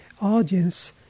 audience